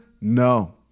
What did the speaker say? No